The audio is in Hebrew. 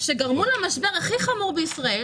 שגרמו למשבר הכי חמור בישראל